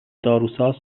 داروساز